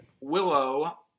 Willow